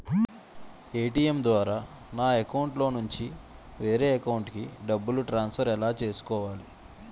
ATM ద్వారా నా అకౌంట్లోనుంచి వేరే అకౌంట్ కి డబ్బులు ట్రాన్సఫర్ ఎలా చేసుకోవాలి?